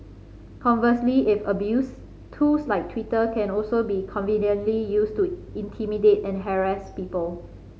conversely if abused tools like Twitter can also be conveniently used to intimidate and harass people